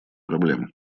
проблем